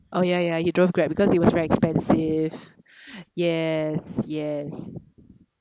oh yeah yeah he drove Grab because it was very expensive yes yes